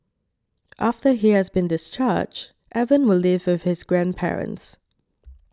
after he has been discharged Evan will live with his grandparents